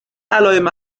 علائم